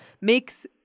makes